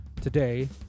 Today